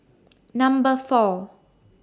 Number four